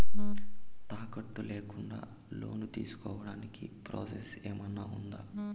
తాకట్టు లేకుండా లోను తీసుకోడానికి ప్రాసెస్ ఏమన్నా ఉందా?